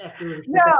no